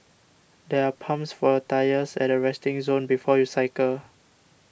there are pumps for your tyres at the resting zone before you cycle